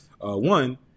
One